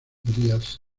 díaz